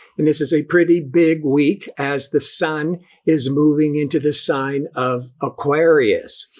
and this is a pretty big week as the sun is moving into the sign of aquarius.